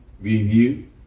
review